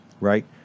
right